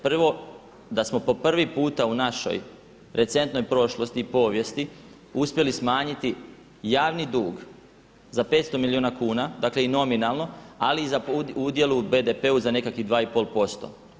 Prvo, da smo po prvi puta u našoj recentnoj prošlosti i povijesti uspjeli smanjiti javni dug za 500 milijuna kuna, dakle i nominalno ali u udjelu u BPP-u za nekakvih 2,5%